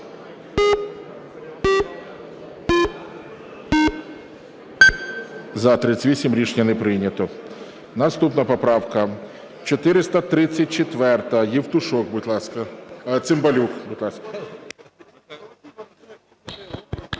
За-38 Рішення не прийнято. Наступна поправка 434. Євтушок, будь ласка. Цимбалюк, будь ласка.